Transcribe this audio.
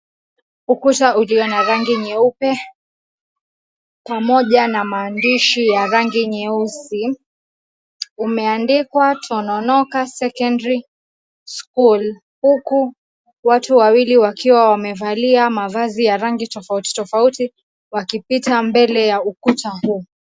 Ukuta ulio na rangi nyeupe pamoja na maandishi ya rangi nyeusi umeandikwa "TONONOKA SECONDARI SCHOOL", huku watu wawili wakiwa wamevalia mavazi ya rangi tofauti tofauti wakipita mbele ya ukuta huu.